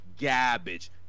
garbage